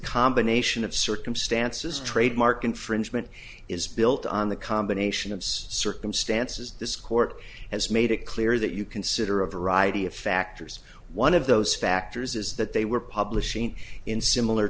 combination of circumstances trademark infringement is built on the combination of circumstances this court has made it clear that you consider a variety of factors one of those factors is that they were publishing in similar